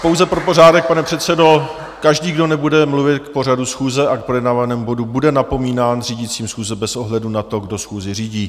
Pouze pro pořádek, pane předsedo, každý, kdo nebude mluvit k pořadu schůze a k projednávanému bodu, bude napomínán řídícím schůze bez ohledu na to, kdo schůzi řídí.